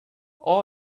all